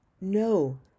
no